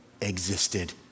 existed